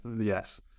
yes